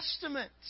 Testament